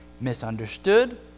Misunderstood